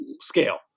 scale